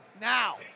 Now